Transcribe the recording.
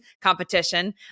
competition